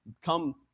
come